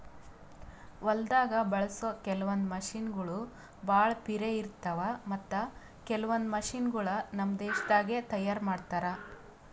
ಹೊಲ್ದಾಗ ಬಳಸೋ ಕೆಲವೊಂದ್ ಮಷಿನಗೋಳ್ ಭಾಳ್ ಪಿರೆ ಇರ್ತಾವ ಮತ್ತ್ ಕೆಲವೊಂದ್ ಮಷಿನಗೋಳ್ ನಮ್ ದೇಶದಾಗೆ ತಯಾರ್ ಮಾಡ್ತಾರಾ